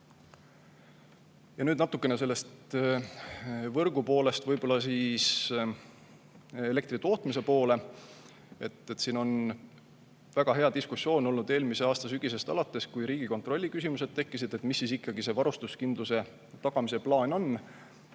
Ja nüüd natukene sellest võrgu poolest võib-olla elektri tootmise juurde. Siin on väga hea diskussioon olnud eelmise aasta sügisest alates, kui Riigikontrolli küsimused tekkisid, et mis siis ikkagi see varustuskindluse tagamise plaan on.